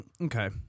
Okay